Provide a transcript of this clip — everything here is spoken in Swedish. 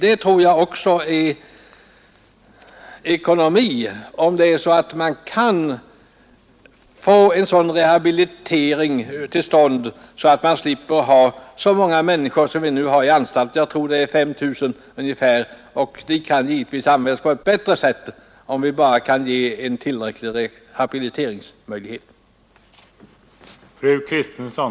Det vore också god ekonomi, om en sådan rehabilitering kunde åstadkommas att vi slipper ha så många människor på anstalt som vi har nu — jag tror att det är ungefär 5 000 personer, som givetvis kunde sysselsättas på ett bättre sätt.